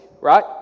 right